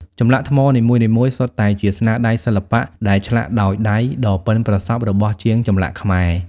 ចម្លាក់ថ្មនីមួយៗសុទ្ធតែជាស្នាដៃសិល្បៈដែលឆ្លាក់ដោយដៃដ៏ប៉ិនប្រសប់របស់ជាងចម្លាក់ខ្មែរ។